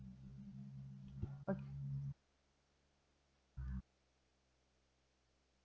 okay